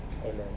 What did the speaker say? Amen